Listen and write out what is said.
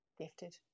Gifted